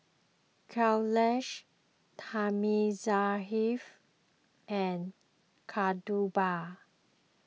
Kailash Thamizhavel and Kasturba